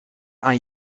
aan